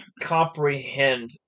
comprehend